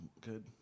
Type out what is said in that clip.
Good